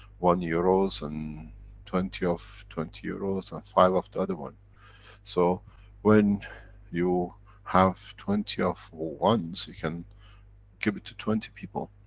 one euros, and twenty of twenty euros, and five of the other one so when you have twenty of ones, you can give it to twenty people.